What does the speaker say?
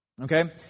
okay